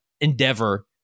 endeavor